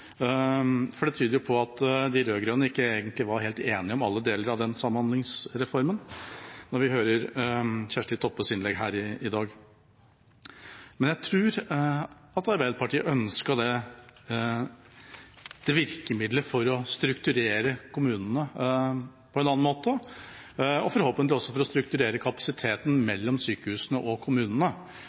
for når vi hører Kjersti Toppes innlegg her i dag, tyder det jo på at de rød-grønne ikke egentlig var helt enige om alle deler av Samhandlingsreformen. Men jeg tror at Arbeiderpartiet ønsket det virkemiddelet for å strukturere kommunene på en annen måte og forhåpentlig også for å strukturere kapasiteten mellom sykehusene og kommunene.